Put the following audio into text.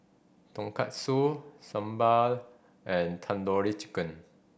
Tonkatsu Sambar and Tandoori Chicken